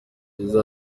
yagize